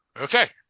Okay